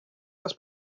was